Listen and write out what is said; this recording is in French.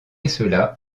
cela